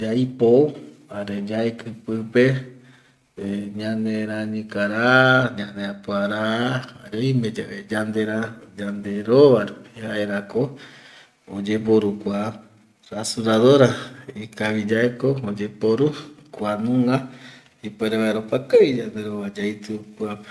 yaipo jare yaeki pipe ñanerañikara, ñaneapuara jare oime yave yandera yanderova rupi jaerako oyeporu kua rasoradora ikaviyaeko oyeporu kuanunga ipuere vaera opakavi yanderova yaitio kuape